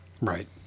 Right